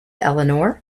eleanor